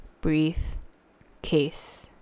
briefcase